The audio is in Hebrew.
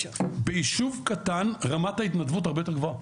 ביישוב קטן רמת ההתנדבות הרבה יותר גבוהה,